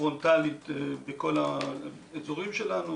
פרונטלית בכל האזורים שלנו.